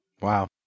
Wow